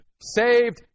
Saved